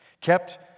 kept